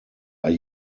are